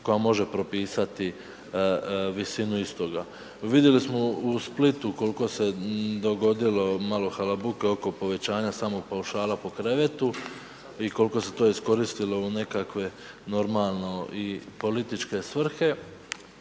koja može propisati visinu istoga. Vidjeli smo u Splitu koliko se dogodilo malo halabuke oko povećanja samog paušala po krevetu i koliko se to iskoristilo u nekakve normalno i političke svrhe.